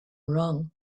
wrong